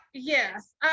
Yes